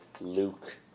Luke